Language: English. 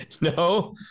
No